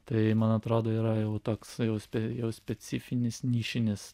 tai man atrodo yra jau toks jau speci specifinis nišinis